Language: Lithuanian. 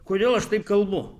kodėl aš taip kalbu